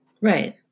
Right